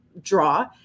draw